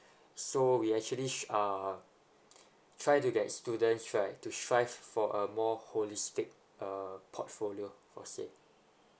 so we actually uh try to get students right to strive for a more holistic uh portfolio for say